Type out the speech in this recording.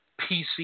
PC